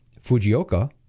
Fujioka